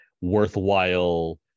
worthwhile